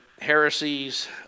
heresies